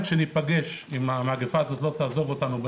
שניפגש במרס, אם המגפה הזאת לא תעזוב אותנו,